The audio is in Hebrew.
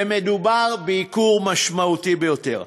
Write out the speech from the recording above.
ומדובר בייקור משמעותי ביותר.